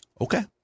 okay